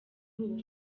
ubu